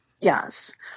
yes